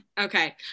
Okay